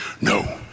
no